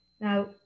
Now